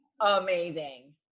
amazing